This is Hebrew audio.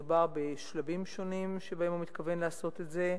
מדובר על שלבים שונים שבהם הוא מתכוון לעשות את זה.